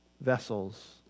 vessels